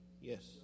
yes